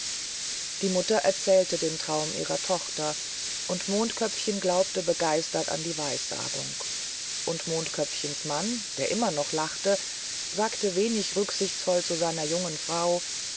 die mutter erzählte den traum ihrer tochter und mondköpfchen glaubte begeistert an die weissagung und mondköpfchens mann der immer noch lachte sagte wenig rücksichtsvoll zu seiner jungen frau